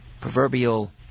proverbial